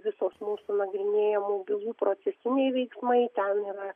visos mūsų nagrinėjamų bylų procesiniai veiksmai ten yra